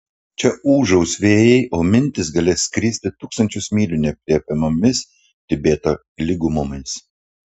čia ūžaus vėjai o mintys galės skristi tūkstančius mylių neaprėpiamomis tibeto lygumomis